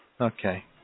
Okay